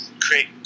create